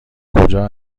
کجا